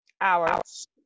hours